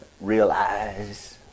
realize